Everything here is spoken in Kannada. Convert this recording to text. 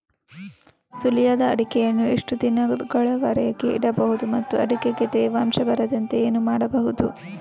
ಸುಲಿಯದ ಅಡಿಕೆಯನ್ನು ಎಷ್ಟು ದಿನಗಳವರೆಗೆ ಇಡಬಹುದು ಮತ್ತು ಅಡಿಕೆಗೆ ತೇವಾಂಶ ಬರದಂತೆ ಏನು ಮಾಡಬಹುದು?